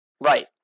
right